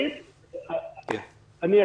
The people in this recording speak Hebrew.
אני אשיב.